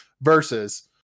versus